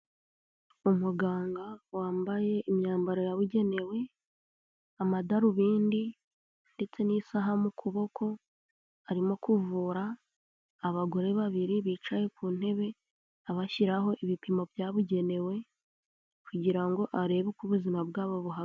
Umuganga wambaye imyambaro yabugenewe, amadarubindi ndetse n'isaha mu kuboko, arimo kuvura abagore babiri bicaye ku ntebe, abashyiraho ibipimo byabugenewe, kugira ngo arebe uko ubuzima bwabo buhagaze.